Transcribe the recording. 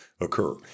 occur